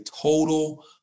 total